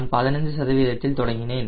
நான் 15 சதவீதத்தில் தொடங்கினேன்